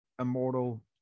immortal